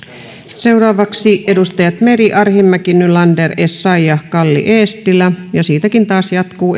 seuraavaksi edustajat meri arhinmäki nylander essayah kalli eestilä ja siitäkin taas jatkuu